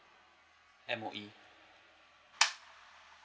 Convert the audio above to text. M_O_E